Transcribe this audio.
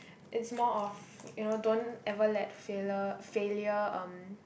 it's more of you know don't ever let failure failure um